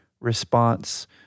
response